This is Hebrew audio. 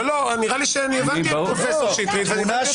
נראה לי שהבנתי את פרופ' שטרית והבנתי אותך.